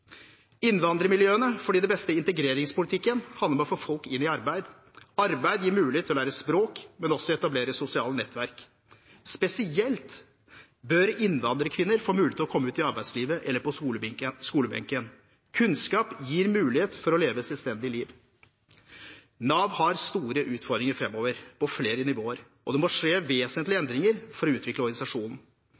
innvandrermiljøene fordi den beste integreringspolitikken handler om å få folk inn i arbeid. Arbeid gir mulighet til å lære språk, men også å etablere sosiale nettverk. Spesielt bør innvandrerkvinner få mulighet til å komme ut i arbeidslivet eller på skolebenken. Kunnskap gir mulighet til å leve et selvstendig liv. Nav har store utfordringer framover på flere nivåer, og det må skje vesentlige endringer for å utvikle organisasjonen.